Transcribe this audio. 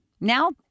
Now